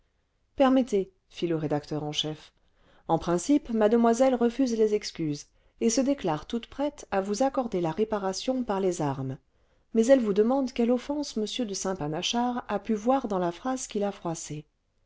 permettez fit le rédacteur en chef en principe mademoiselle refuse les excuses et se déclare toute prête à vous accorder la réparation par les armes mais elle vous demande quelle offense m de saint panachard a pu voir dans la phrase qui l'a froissé